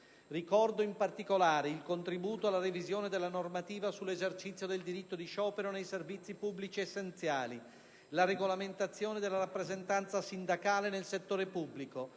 Ricordo, in particolare, il contributo alla revisione della normativa sull'esercizio del diritto di sciopero nei servizi pubblici essenziali; la regolamentazione della rappresentanza sindacale nel settore pubblico;